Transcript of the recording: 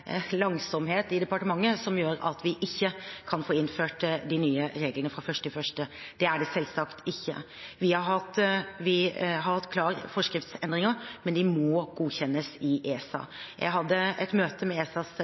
langsomhet i departementet som gjør at vi ikke kan få innført de nye reglene fra 1. januar – det er det selvsagt ikke. Vi har hatt klart forskriftsendringer, men de må godkjennes i ESA. Jeg hadde et møte med ESAs